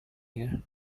here